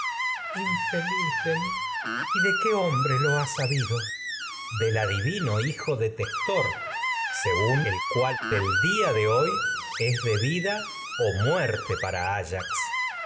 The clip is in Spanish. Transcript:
infeliz de mi y de qué hombre lo ha mensajero del adivino hijo o de testor según el cual el día de hoy es de vida muerte para